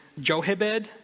Johebed